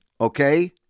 okay